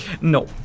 No